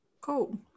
cool